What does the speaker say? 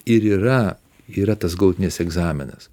ir yra yra tas galutinis egzaminas